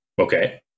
Okay